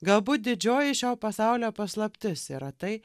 galbūt didžioji šio pasaulio paslaptis yra tai